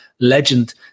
legend